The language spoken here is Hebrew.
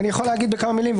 אומר בכמה מילים.